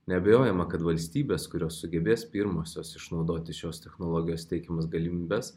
neabejojama kad valstybės kurios sugebės pirmosios išnaudoti šios technologijos teikiamas galimybes